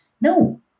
no